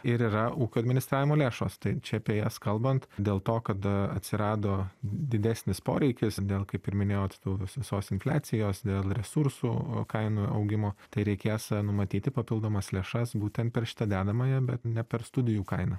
ir yra ūkio administravimo lėšos tai čia apie jas kalbant dėl to kad atsirado didesnis poreikis dėl kaip ir minėjau t tos visos infliacijos dėl resursų kainų augimo tai reikės numatyti papildomas lėšas būtent per šitą dedamąją bet ne per studijų kainą